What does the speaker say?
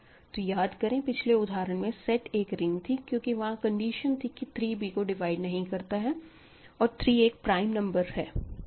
तो याद करें पिछले उदाहरण में सेट एक रिंग थी क्योंकि वहां कंडीशन थी कि 3 b को डिवाइड नहीं करता है और 3 एक प्राइम नंबर है